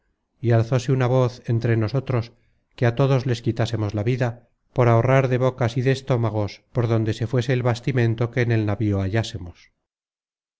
y alzóse una voz entre nosotros que a todos les quitásemos la vida por ahorrar de bocas y de estómagos por donde se fuese el bastimento que en el navío